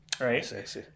right